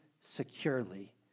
securely